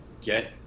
get